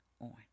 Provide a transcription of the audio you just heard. on